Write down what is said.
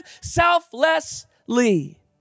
selflessly